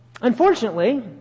unfortunately